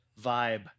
vibe